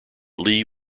lee